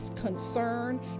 concern